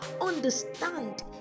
understand